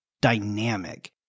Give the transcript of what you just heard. dynamic